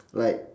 like